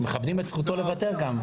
אנחנו מכבדים גם את זכותו לבטל.